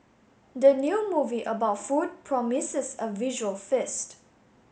the new movie about food promises a visual feast